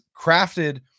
crafted